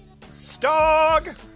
Stog